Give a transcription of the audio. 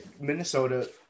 Minnesota